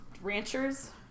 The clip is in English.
ranchers